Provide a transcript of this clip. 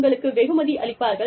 உங்களுக்கு வெகுமதி அளிப்பார்கள்